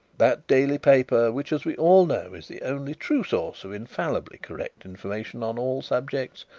that daily paper which, as we all know, is the only true source of infallibly correct information on all subjects,